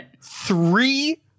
three